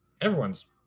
Everyone's